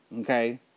Okay